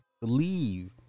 believe